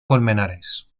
colmenares